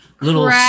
little